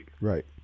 Right